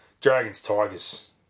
Dragons-Tigers